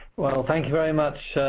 well, thank you very much,